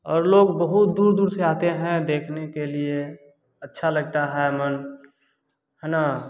और लोग बहुत दूर दूर से आते हैं देखने के लिए अच्छा लगता है मन है ना